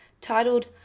titled